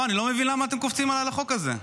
אני לא מבין למה אתם קופצים על החוק הזה,